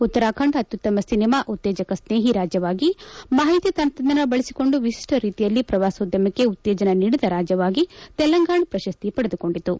ಉತ್ತರಾಖಂಡ ಅತ್ಯುತ್ತಮ ಸಿನಿಮಾ ಉತ್ತೇಜಕ ಸ್ನೇಹಿ ರಾಜ್ಯವಾಗಿ ಮಾಹಿತಿ ತಂತ್ರಜ್ಞಾನ ಬಳಸಿಕೊಂಡು ವಿತಿಷ್ಟ ರೀತಿಯಲ್ಲಿ ಪ್ರವಾಸೋದ್ಯಮಕ್ಕೆ ಉತ್ತೇಜನ ನೀಡಿದ ರಾಜ್ಯವಾಗಿ ತೆಲಂಗಾಣ ಪ್ರಶಸ್ತಿ ಪಡೆದುಕೊಂಡಿತು